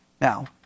Now